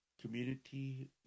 community